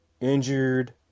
Injured